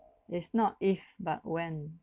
it's not if but when